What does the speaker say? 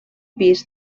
pis